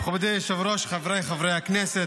מכובדי היושב-ראש, חבריי חברי הכנסת,